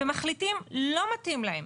ומחליטים לא מתאים להם.